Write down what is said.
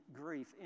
grief